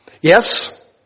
Yes